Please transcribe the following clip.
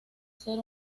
ser